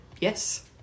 yes